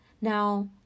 Now